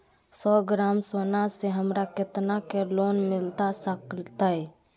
सौ ग्राम सोना से हमरा कितना के लोन मिलता सकतैय?